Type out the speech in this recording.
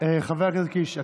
חבר הכנסת קיש,